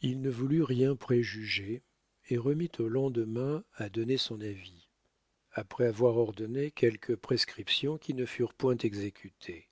il ne voulut rien préjuger et remit au lendemain à donner son avis après avoir ordonné quelques prescriptions qui ne furent point exécutées